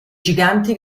giganti